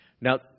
Now